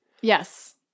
Yes